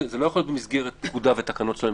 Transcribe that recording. זה לא יכול להיות במסגרת פקודה ותקנות של הממשלה,